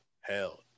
hell